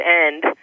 end